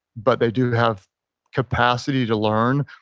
but they do have capacity to learn,